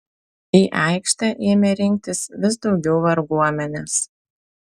į aikštę ėmė rinktis vis daugiau varguomenės